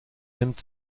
nimmt